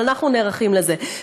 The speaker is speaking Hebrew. אבל אנחנו נערכים לזה.